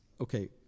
okay